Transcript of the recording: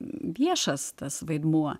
viešas tas vaidmuo